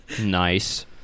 Nice